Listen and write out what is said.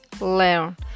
learn